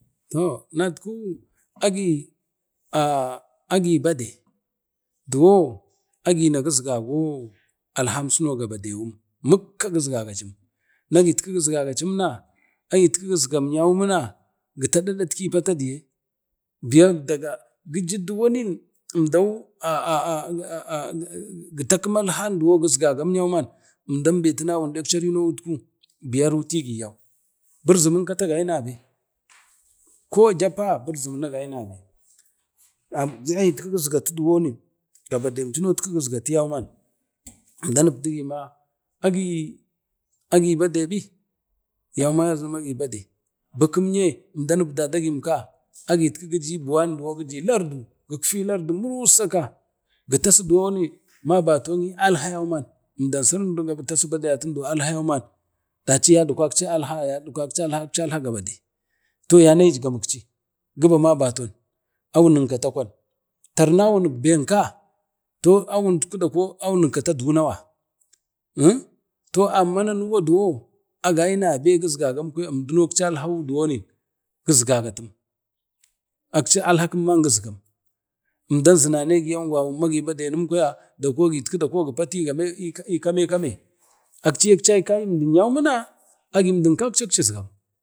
toh, tinat ku aa agi bade duwo agina gisgaye alhmasuno, gabadawun mukka gisgagam na gitku gazgegam ciman ayino gizgayam mina gitaɗu aɗat ki pata diye, biya daga giju duwanin awin emdau aaagi gizgage alham gizgagayauman emdan be tina wun dekci nowutku biya rutidiyau birzimin kata agai na be ko japa ibirzimin keta agai nabe, agi no gizgatu duwoni gabadem cun no gisga tum yauman emdam ebdugi ma awan nemdam agi bade bi yauma nazino ma agi bade bikim yee emdam dadagimka agitu kiji buwan duwa gi ji lardu gigfi lardu muruusa ka gitasi duwon mabatonyi alha yauman akci alha yauman emdan sirin badayat duna bembe gutasau alha-alha daci yatgwaci alha yatgwaci alha gabade yauman to yane ecgammicci guba mabaton awun kata kwantarnawu benka to awun kata dunawa ah to amma na nanuwa duwo agai nabe agai nabe gizgage emduno akcal he duwoni gizgamtem akci alha kimman gizgagam undan zumanyi angwawun ma agi bade nem kwaya dako agitku gupati gupati ii kame kame ukciye akcai kai imden yau muna agi emdun kakciye acisgam.